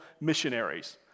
missionaries